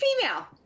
female